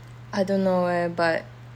I don't know eh but